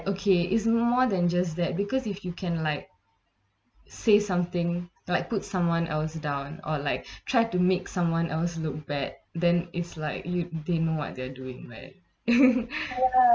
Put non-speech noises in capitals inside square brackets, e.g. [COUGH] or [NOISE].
okay it's more than just that because if you can like say something like put someone else down or like [BREATH] try to make someone else look bad then it's like you didn't know what they're doing where [LAUGHS] [BREATH]